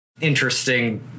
Interesting